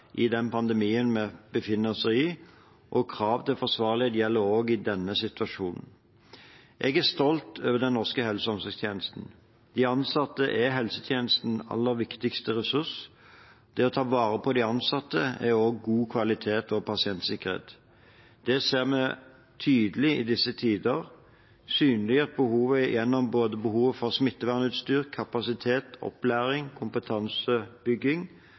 i meldingen, blir på ingen måte mindre i den pandemien vi befinner oss i, og krav til forsvarlighet gjelder også i denne situasjonen. Jeg er stolt over den norske helse- og omsorgstjenesten. De ansatte er helsetjenestens aller viktigste ressurs. Det å ta vare på de ansatte er også god kvalitet og pasientsikkerhet. Det ser vi tydelig i disse tider, synliggjort gjennom behovet for både smittevernutstyr, kapasitet, opplæring og kompetansebygging,